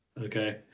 Okay